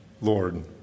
Lord